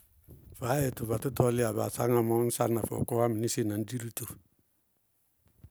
Faádze tʋvatʋtɔ'ɔ lɩyá baa sañŋá bɩɩ ŋñ sañ baá saññá na fɔɔkɔ, mɩnɩsɩɩ na ñ di dito.